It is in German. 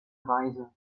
reise